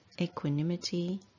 equanimity